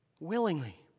willingly